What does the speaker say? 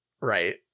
right